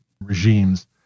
regimes